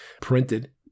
printed